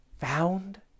found